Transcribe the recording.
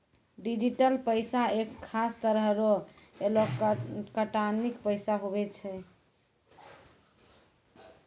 digital पैसा एक खास तरह रो एलोकटानिक पैसा हुवै छै